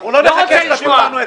אנחנו לא נחכה --- כשנוח לכם.